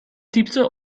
typte